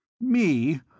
Me